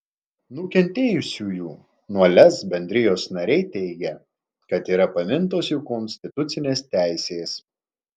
nukentėjusiųjų nuo lez bendrijos nariai teigia kad yra pamintos jų konstitucinės teisės